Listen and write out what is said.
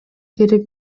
керек